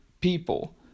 people